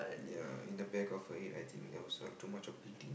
ya in the back of her head I think there was uh too much of bleeding